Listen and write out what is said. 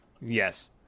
Yes